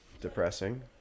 depressing